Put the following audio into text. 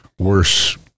Worse